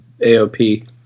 AOP